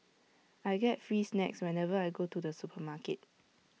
I get free snacks whenever I go to the supermarket